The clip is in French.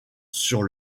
sur